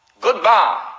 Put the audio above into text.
Goodbye